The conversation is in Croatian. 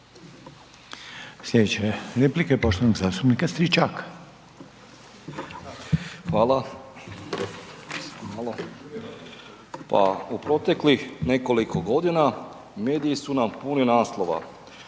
Slijedeća replika poštovanog zastupnika Čelića.